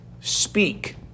speak